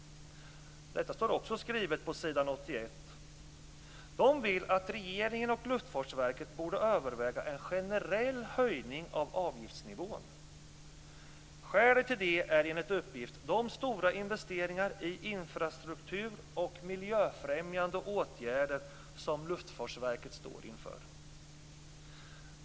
Det står också skrivet på s. 81. De vill att regeringen och Luftfartsverket ska överväga en generell höjning av avgiftsnivån. Skälet till det är enligt uppgift de stora investeringar i infrastruktur och miljöfrämjande åtgärder som Luftfartsverket står inför.